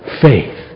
faith